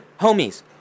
homies